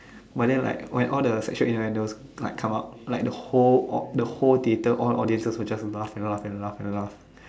but then like when all the sexual innuendos like the whole au~ like the whole theatre will just laugh and laugh and laugh